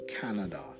Canada